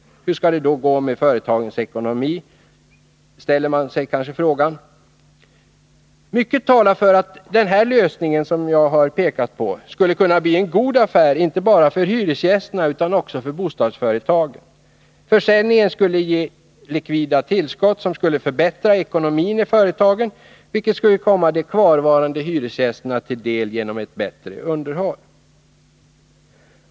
Hur skall det gå med företagens ekonomi? Mycket talar för att denna lösning skulle kunna bli en god affär inte bara för hyresgästerna utan också för bostadsföretagen. Försäljningen skulle ge likvida tillskott, som skulle förbättra ekonomin i företagen, vilket skulle komma de kvarvarande hyresgästerna till del genom ett bättre underhåll.